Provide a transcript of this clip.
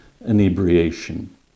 inebriation